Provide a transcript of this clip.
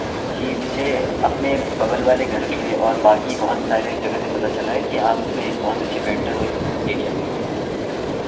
جی مجھے اپنے بغل والے گھر سے اور باقی بہت سارے جگہ سے پتہ چلا ہے کہ آپ ایک بہت اچھے پینٹر ہو اس ایریا کے